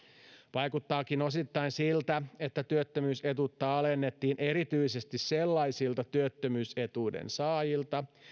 vaikuttaakin osittain siltä että työttömyysetuutta alennettiin erityisesti sellaisilta työttömyysetuuden saajilta